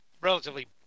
relatively